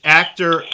actor